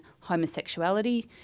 homosexuality